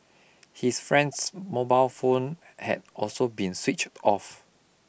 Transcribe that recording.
his friend's mobile phone had also been switched off